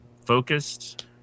focused